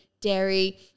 dairy